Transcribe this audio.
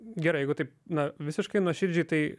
gerai jeigu taip na visiškai nuoširdžiai tai